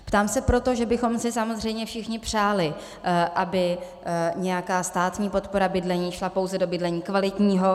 Ptám se proto, že bychom si samozřejmě všichni přáli, aby nějaká státní podpora bydlení šla pouze do bydlení kvalitního.